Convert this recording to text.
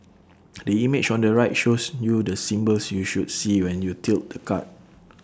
the image on the right shows you the symbols you should see when you tilt the card